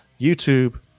YouTube